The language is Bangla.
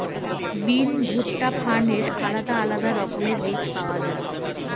বিন, ভুট্টা, ফার্নের আলাদা আলাদা রকমের বীজ পাওয়া যায়